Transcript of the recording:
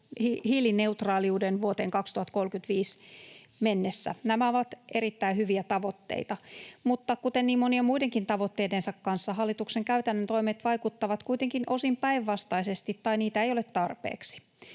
hiilineutraaliuden vuoteen 2035 mennessä. Nämä ovat erittäin hyviä tavoitteita. Mutta kuten niin monien muidenkin tavoitteidensa kanssa, hallituksen käytännön toimet vaikuttavat kuitenkin osin päinvastaisesti tai niitä ei ole tarpeeksi.